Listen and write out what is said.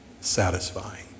satisfying